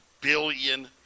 billion